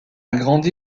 grandi